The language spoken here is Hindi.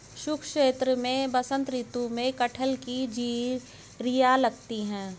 शुष्क क्षेत्र में बसंत ऋतु में कटहल की जिरीयां लगती है